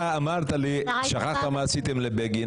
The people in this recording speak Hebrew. אמרתי לי: שכחת מה עשיתם לבגין.